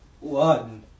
One